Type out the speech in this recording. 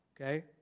Okay